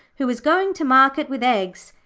who was going to market with eggs.